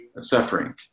suffering